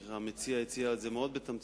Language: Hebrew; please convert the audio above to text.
כי המציע הציע את זה מאוד בתמציתיות,